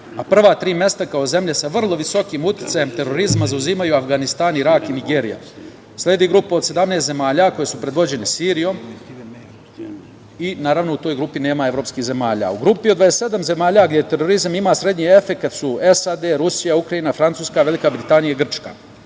a prva tri mesta kao zemlje sa vrlo visokim uticajem terorizma zauzimaju Avganistan, Irak i Nigerija. Sledi grupa od 17 zemalja koje su predvođene Sirijom i u toj grupi nema evropskih zemalja.U grupi od 27 zemalja, gde terorizam ima srednji efekat su SAD, Rusija, Ukrajina, Francuska, Velika Britanija i Grčka.